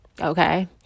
okay